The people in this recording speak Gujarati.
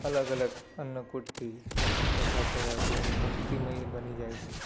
અલગ અલગ અન્નકૂટથી પ્રસાદ ધરાવે છે એની ભક્તિમય બની જાય છે